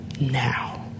now